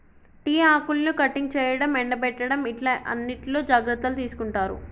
tea ఆకులను cutting చేయడం, ఎండపెట్టడం ఇట్లా అన్నిట్లో జాగ్రత్తలు తీసుకుంటారు